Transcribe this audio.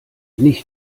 nicht